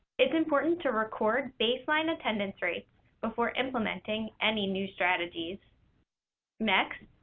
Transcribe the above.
it's important to record baseline attendance rates before implementing any new strategies next,